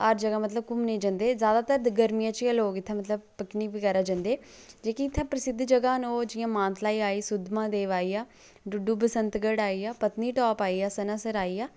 हर जगह् मतलव घूमने जंदे जादातर गर्मियें च गै लोक इत्थै मतलब पिकनिक बगैरा जंदे जेह्की इत्थै प्रसिध्द जगहां न ओह् जियां मानतलाई आई सुध्दमहादेव आइया डुडु बसैंतगढ़ आइया पत्तनी टाप सनासर आईया